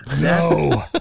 No